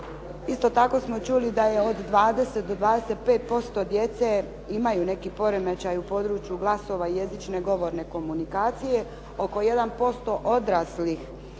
Isto tako smo čuli da je od 20 do 25% djece imaju neki poremećaj u području glasova, jezične govorne komunikacije, oko 1% odraslih